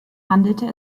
handelte